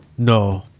No